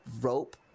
rope